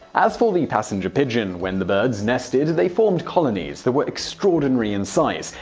as for the passenger pigeon, when the birds nested, they formed colonies that were extraordinary in size.